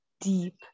deep